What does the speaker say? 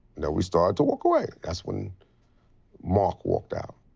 then we started to walk away. that's when mark walked out.